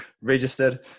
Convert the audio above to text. registered